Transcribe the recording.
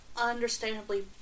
understandably